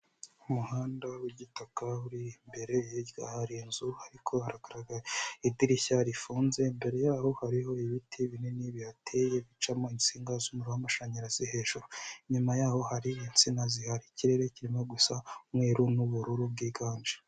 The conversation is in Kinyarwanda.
Umuhanda w'igitaka uri imbere, hirya hari inzu, ariko hagaragara idirishya rifunze, imbere yaho hariho ibiti binini bihateye bicamo insinga z'umuriro w'amashanyarazi hejuru, inyuma yaho hari insina zihari, ikirere kirimo gusa umweru n'ubururu bwiganje.